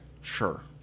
sure